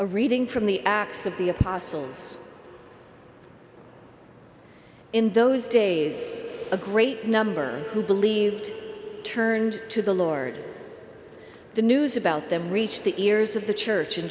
a reading from the acts of the apostles in those days a great number who believed turned to the lord the news about them reached the ears of the church in